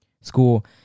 school